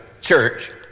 church